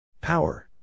Power